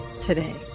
today